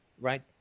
right